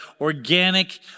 organic